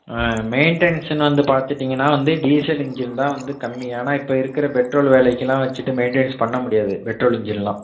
மெய்ன்டெய்ன்ஸுன்னு வந்து பார்த்துட்டிங்கனா வந்து டீசல் இன்ஜின் தான் வந்து கம்மியான ஏன்னா இப்போ இருக்கிற பெட்ரோல் வச்சிட்டு மெய்ன்டெய்ன்ஸ் பண்ண முடியாது பெட்ரோல் இன்ஜின்லாம்